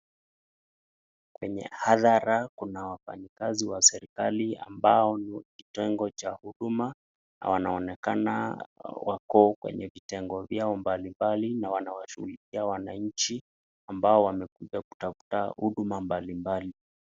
Kwenye hadhara kuna wafanyikazi wa serikali ambao ni kitengo cha huduma, wanaonekana wako kwenye vitengo vyao mbalimbali na wanawashugulikia wananchi ambao wamekuja kutafuta huduma mbalimbali.